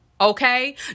Okay